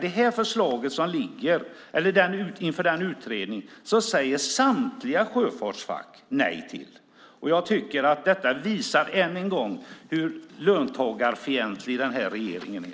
Det som nu utreds har samtliga sjöfartsfack sagt nej till. Detta visar än en gång hur löntagarfientlig den här regeringen är.